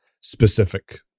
specific